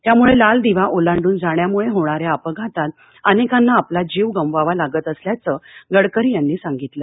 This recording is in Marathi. त्यामुळे लाल दिवा ओलांडून जाण्यामुळे होणाऱ्या अपघातात अनेकांना आपला जीव गमवावा लागत असल्याचं गडकरी यांनी सांगितलं